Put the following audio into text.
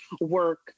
work